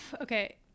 Okay